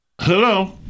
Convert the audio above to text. Hello